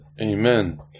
Amen